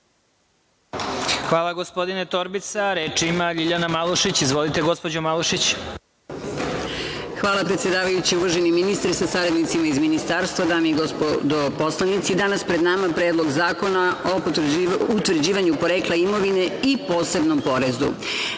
Hvala, gospodine Torbica. Reč ima Ljiljana Malušić. Izvolite, gospođo Malušić. **Ljiljana Malušić** Hvala, predsedavajući. Uvaženi ministre sa saradnicima iz Ministarstva, dame i gospodo poslanici, danas je pred nama Predlog zakona o utvrđivanju porekla imovine i posebnom porezu. Naime,